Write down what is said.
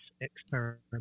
experiment